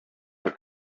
for